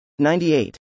98